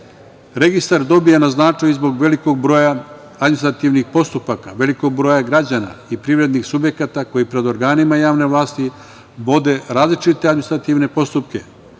dobija na značaju zbog velikog broja administrativnih postupaka, velikog broja građana i privrednih subjekata koji pred organima javne vlastima vode različite administrativne postupke.